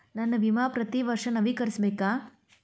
ನನ್ನ ವಿಮಾ ಪ್ರತಿ ವರ್ಷಾ ನವೇಕರಿಸಬೇಕಾ?